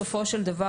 בסופו של דבר,